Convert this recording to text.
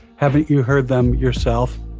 haven't you heard them yourself.